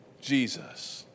Jesus